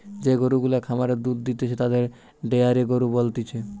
যে গরু গুলা খামারে দুধ দিতেছে তাদের ডেয়ারি গরু বলতিছে